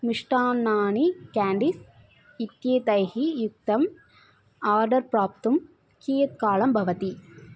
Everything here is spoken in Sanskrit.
मिष्टान्नाननि केण्डीस् इत्येतैः युक्तम् आर्डर् प्राप्तुं कियत् कालं भवति